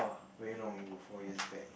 very long ago four years back